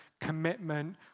commitment